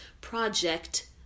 project